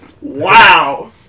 Wow